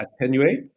attenuate